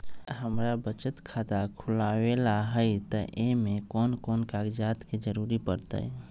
हमरा बचत खाता खुलावेला है त ए में कौन कौन कागजात के जरूरी परतई?